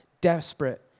desperate